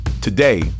Today